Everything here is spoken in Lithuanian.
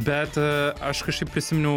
bet aš kažkaip prisiminiau